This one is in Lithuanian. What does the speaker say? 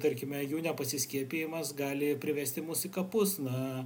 tarkime jų nepasiskiepyjimas gali privesti mus į kapus na